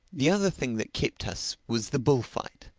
the other thing that kept us was the bullfight.